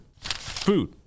Food